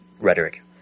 rhetoric